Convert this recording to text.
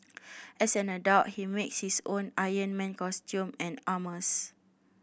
as an adult he makes his own Iron Man costume and armours